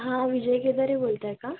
हां विजय केदारे बोलत आहे का